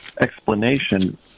explanation